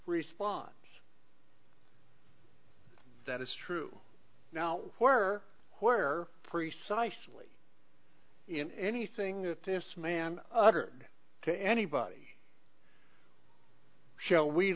response that is true now where or where precisely in anything that this man uttered to anybody shall we